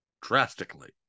drastically